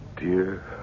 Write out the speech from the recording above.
Dear